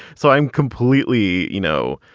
so i'm completely, you know,